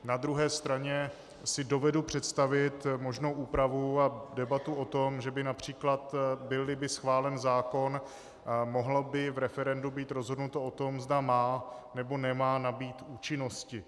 Na druhé straně si dovedu představit možnou úpravu a debatu o tom, že by například, bylli by schválen zákon, mohlo by v referendu být rozhodnuto o tom, zda má, nebo nemá nabýt účinnosti.